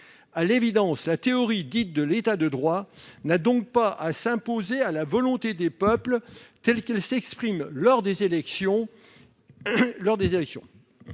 À l'évidence, la théorie dite « de l'État de droit » n'a donc pas à s'imposer à la volonté des peuples, telle qu'elle s'exprime lors des élections.